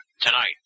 Tonight